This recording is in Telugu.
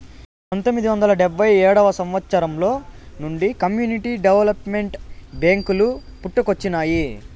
పంతొమ్మిది వందల డెబ్భై ఏడవ సంవచ్చరం నుండి కమ్యూనిటీ డెవలప్మెంట్ బ్యేంకులు పుట్టుకొచ్చినాయి